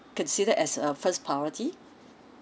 considered as uh first priority